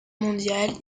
mondiale